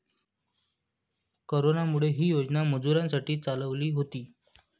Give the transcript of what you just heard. कोरोनामुळे, ही योजना मजुरांसाठी चालवली होती